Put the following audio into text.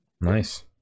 Nice